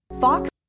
Fox